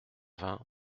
vingt